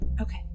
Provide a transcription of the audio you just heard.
Okay